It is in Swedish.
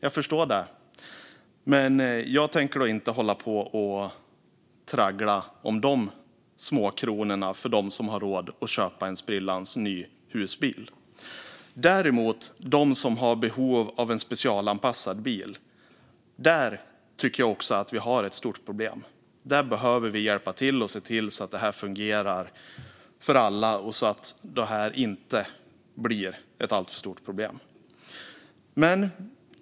Jag förstår det. Men jag tänker inte hålla på att traggla om de småkronorna för dem som har råd att köpa en sprillans ny husbil. När det däremot gäller dem som har behov av en specialanpassad bil tycker jag att vi har ett stort problem. Där behöver vi hjälpa till och se till att det fungerar för alla och inte blir ett alltför stort problem.